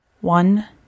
One